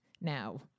now